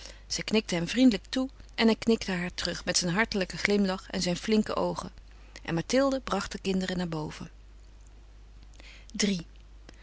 zij knikte hem vriendelijk toe en hij knikte haar terug met zijn hartelijken glimlach en zijn flinke oogen en mathilde bracht de kinderen naar boven iii